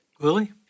Willie